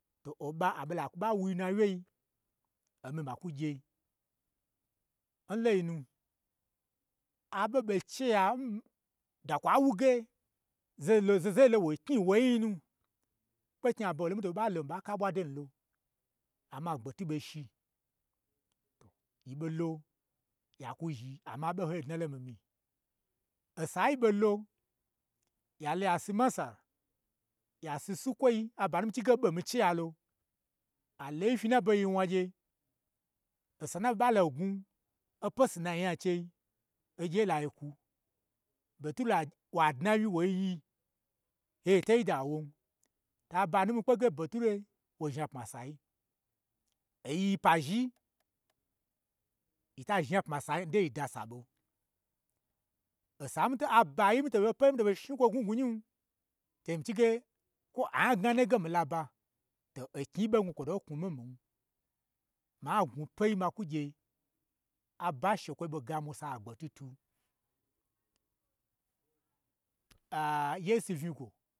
To oɓa aɓo to akwu ɓa wui n na wyei, omii makwu gye n loinu, a ɓo ɓei che ya da kwa wuge zeye lo, zaho zahoyi lo wo knyi n wonyii nu, kpeknyi aɓo ho lo n mii to ɓo ɓalon, mi ɓo ɓa ka ɓwa do nu lo, amma gbetwu ɓei shi, yi, ɓo lo ya kwu zhi, amma aɓo hoi dna lo n mii mii. Osa nyi ɓolo, ya lo ya si masar, ya si n sukwoi, aba nu n michige ɓo n mii cheya lo, alo yi fyi n na la baho yi wnagye, osa n naɓo ɓalo ai gnwu ope, sinai nya n chei, oye lami lai kwu, beture wa dna wyi woi yi, he to yi da ya won, to aba nu n mii kpe ge beture wa zhna pma n sayi, oyi pa zhii, yi ta zhna pma n sai, n dei yi da saɓo, osa n mii abayi open mito ɓo shni kwo gnwugnwu nyi, che nu zhni mi chige kwo agna naye ge mii la ba, to oknyi yi ɓo n kwonu, kwo to knwu mii n miin, ma gnwu pei ma kwu gye aba n shekwoi ɓo ga musa agbetwu twu yeisu unyigwo